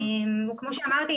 כמו שאמרתי,